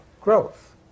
growth